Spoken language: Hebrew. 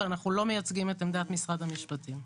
אבל אנחנו לא מייצגים את עמדת משרד המשפטים.